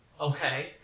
Okay